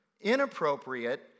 inappropriate